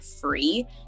free